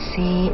See